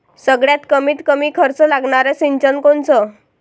सगळ्यात कमीत कमी खर्च लागनारं सिंचन कोनचं?